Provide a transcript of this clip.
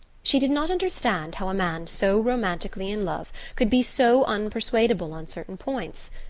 she did not understand how a man so romantically in love could be so unpersuadable on certain points.